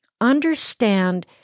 Understand